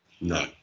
No